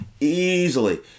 Easily